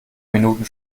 minuten